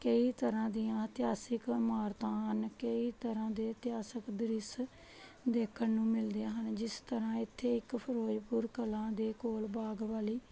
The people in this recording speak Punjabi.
ਕਈ ਤਰ੍ਹਾਂ ਦੀਆਂ ਇਤਿਹਾਸਿਕ ਇਮਾਰਤਾਂ ਹਨ ਕਈ ਤਰ੍ਹਾਂ ਦੇ ਇਤਿਹਾਸਕ ਦ੍ਰਿਸ਼ ਦੇਖਣ ਨੂੰ ਮਿਲਦੇ ਹਨ ਜਿਸ ਤਰ੍ਹਾਂ ਇੱਥੇ ਇੱਕ ਫਿਰੋਜ਼ਪੁਰ ਕਲਾਂ ਦੇ ਕੋਲ ਬਾਗ ਵਾਲੀ